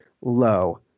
low